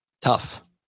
tough